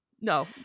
no